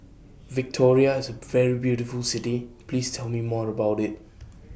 Victoria IS A very beautiful City Please Tell Me More about IT